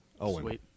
Owen